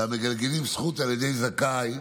והמגלגלים זכות על ידי זכאים,